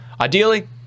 ideally